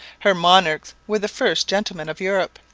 her monarchs were the first gentlemen of europe.